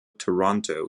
toronto